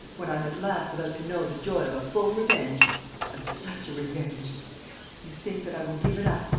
when i am at last about to know the joy of a full revenge and such a revenge you think that i will give it up,